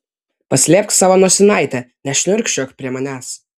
paslėpk savo nosinaitę nešniurkščiok prie manęs